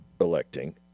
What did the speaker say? electing